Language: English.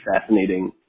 fascinating